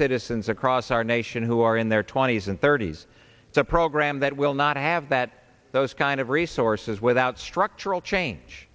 citizens across our nation who are in their twenty's and thirty's it's a program that will not have that those kind of resources without structural change